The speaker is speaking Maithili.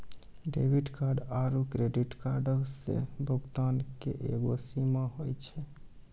डेबिट कार्ड आरू क्रेडिट कार्डो से भुगतानो के एगो सीमा होय छै